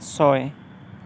ছয়